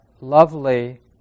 lovely